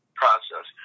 process